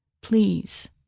please